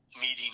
meeting